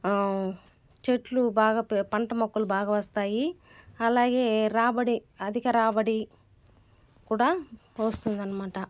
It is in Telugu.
చెట్లు బాగా ప పంట మొక్కలు బాగా వస్తాయి అలాగే రాబడి అధిక రాబడి కూడా వస్తుంది అనమాట